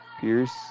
Pierce